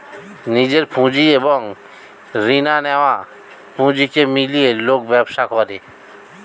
নিজের পুঁজি এবং রিনা নেয়া পুঁজিকে মিলিয়ে লোক ব্যবসা করে